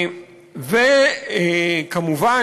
כמובן,